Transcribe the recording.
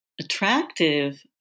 attractive